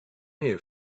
here